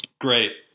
Great